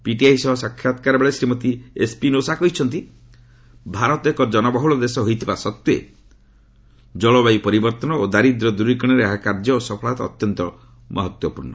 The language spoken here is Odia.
ପିଟିଆଇ ସହ ଏକ ସାକ୍ଷାତକାରରେ ଶ୍ରୀମତୀ ଏସ୍ପିନୋସା କହିଛନ୍ତି ଭାରତ ଏକ ଜନବହୁଳ ଦେଶ ହୋଇଥିବା ସତ୍ତ୍ୱେ ଜଳବାୟୁ ପରିବର୍ତ୍ତନ ଓ ଦାରିଦ୍ର୍ୟ ଦୂରିକରଣରେ ଏହାର କାର୍ଯ୍ୟ ଓ ସଫଳତା ଅତ୍ୟନ୍ତ ମହତ୍ୱପୂର୍ଣ୍ଣ